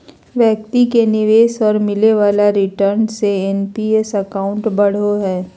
व्यक्ति के निवेश और मिले वाले रिटर्न से एन.पी.एस अकाउंट बढ़ो हइ